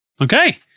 Okay